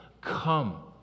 Come